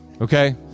okay